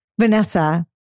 Vanessa